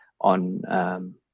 on